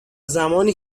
زمانی